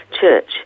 church